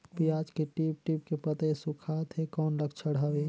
पियाज के टीप टीप के पतई सुखात हे कौन लक्षण हवे?